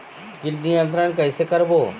कीट नियंत्रण कइसे करबो?